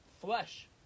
flesh